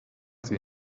sie